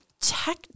tech